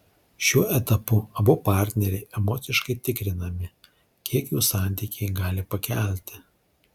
šiuo etapu abu partneriai emociškai tikrinami kiek jų santykiai gali pakelti